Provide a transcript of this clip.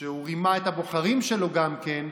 שהוא רימה את הבוחרים שלו גם כן,